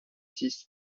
six